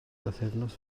bythefnos